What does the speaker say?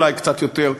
אולי קצת יותר,